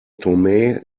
tomé